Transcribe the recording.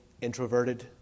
introverted